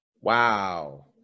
Wow